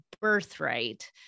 birthright